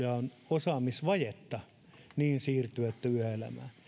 osaamisvajetta siirtyminen työelämään